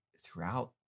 throughout